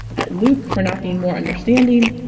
at luke for not being more understanding.